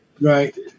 Right